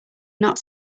not